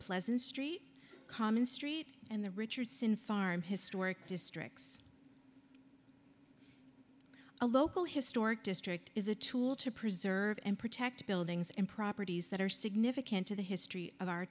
pleasant street common street and the richardson farm historic districts a local historic district is a tool to preserve and protect buildings and properties that are significant to the history of our